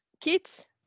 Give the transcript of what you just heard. kids